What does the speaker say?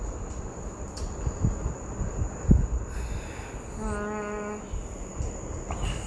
mm